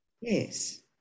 yes